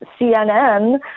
cnn